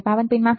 power પિનમાં પણ